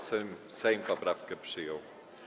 Sejm poprawkę przyjął.